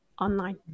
online